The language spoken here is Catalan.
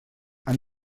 any